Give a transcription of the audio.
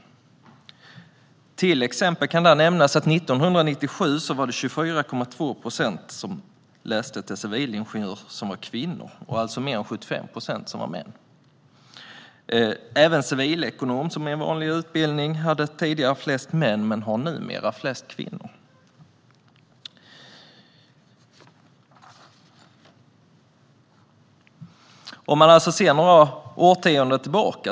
Det kan till exempel nämnas att 1997 var 24,2 procent av dem som läste till civilingenjörer kvinnor. Mer än 75 procent var alltså män. Även på civilekonomutbildningen, som är en vanlig utbildning, var det tidigare flest män. Men numera är det flest kvinnor. Man kan titta på hur det såg ut några årtionden tillbaka.